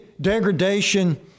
degradation